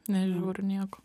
nežiūriu nieko